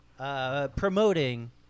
Promoting